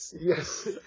Yes